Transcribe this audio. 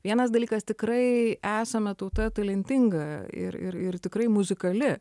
vienas dalykas tikrai esame tauta talentinga ir ir ir tikrai muzikali